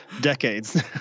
decades